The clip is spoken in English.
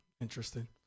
interesting